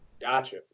Gotcha